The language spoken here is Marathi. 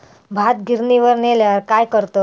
भात गिर्निवर नेल्यार काय करतत?